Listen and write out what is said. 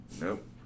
Nope